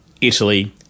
Italy